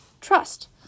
Trust